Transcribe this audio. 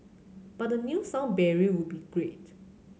but a new sound barrier would be great